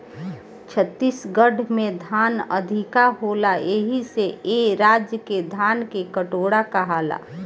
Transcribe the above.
छत्तीसगढ़ में धान अधिका होला एही से ए राज्य के धान के कटोरा कहाला